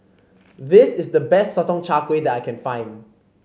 this is the best Sotong Char Kway that I can find